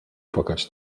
płakać